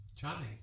Johnny